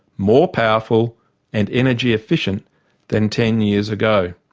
more powerful and energy efficient than ten years ago.